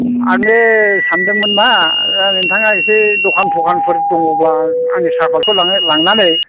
आङो सानदोंमोन मा नोंथाङा एसे दखान थकानफोर दङब्ला आंनि साफादखौ लाङो लांनानै